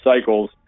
cycles